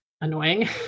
annoying